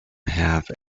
have